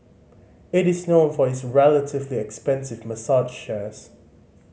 it is known for its relatively expensive massage chairs